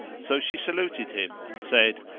so she saluted him and said,